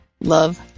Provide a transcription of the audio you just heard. Love